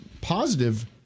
positive